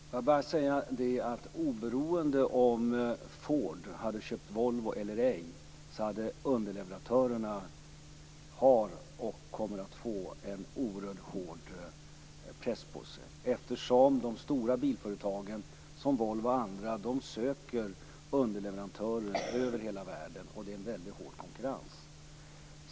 Fru talman! Oberoende av om Ford köpt Volvo eller ej har och kommer underleverantörerna att få en oerhörd press på sig. De stora bilföretagen som Volvo och andra söker underleverantörer över hela världen, och det är en väldigt hård konkurrens.